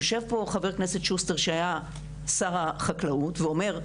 יושב פה חבר כנסת שוסטר שהיה שר החקלאות ואומר,